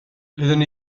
doeddwn